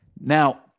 Now